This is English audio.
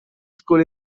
school